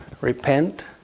Repent